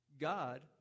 God